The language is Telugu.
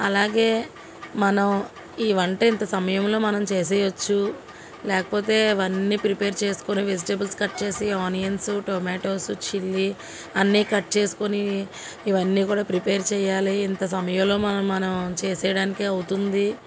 అలాగే మనం ఈ వంట ఇంత సమయంలో మనం చేసేయచ్చు లేకపోతే ఇవన్నీ ప్రిపేర్ చేసుకొని వెజిటేబుల్స్ కట్ చేసి ఆనియన్స్ టొమాటోసు చిల్లీ అన్ని కట్ చేసుకొని ఇవన్ని కూడా ప్రిపేర్ చెయ్యాలి ఇంత సమయంలో మనం మనం చేసేయడానికి అవుతుంది